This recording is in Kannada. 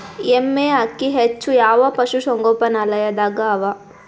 ಎಮ್ಮೆ ಅಕ್ಕಿ ಹೆಚ್ಚು ಯಾವ ಪಶುಸಂಗೋಪನಾಲಯದಾಗ ಅವಾ?